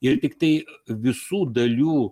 ir tiktai visų dalių